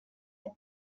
any